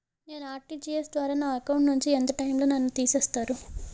నేను ఆ.ర్టి.జి.ఎస్ ద్వారా నా అకౌంట్ నుంచి ఎంత టైం లో నన్ను తిసేస్తారు?